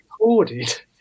recorded